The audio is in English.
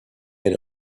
had